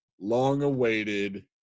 long-awaited